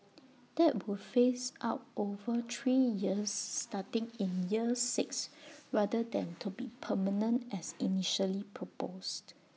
that would phase out over three years starting in year six rather than to be permanent as initially proposed